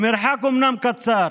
המרחק אומנם קצר,